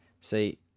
see